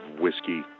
whiskey